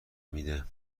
میده